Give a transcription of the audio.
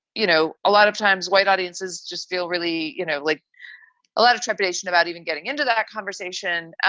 you know, a lot of times white audiences just feel really you know like a lot of trepidation about even getting into that conversation.